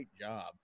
job